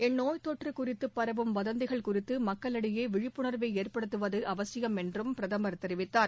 இந்நோய்த் தொற்று குறித்து பரவும் வதந்திகள் குறித்து மக்களிடையே விழிப்புணர்வை ஏற்படுத்துவது அவசியம் என்றும் பிரதமர் தெரிவித்தார்